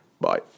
Bye